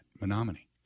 Menominee